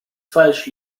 falsch